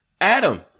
Adam